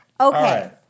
Okay